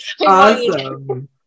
awesome